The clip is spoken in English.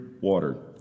water